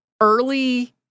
early